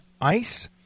ICE